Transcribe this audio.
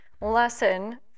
lesson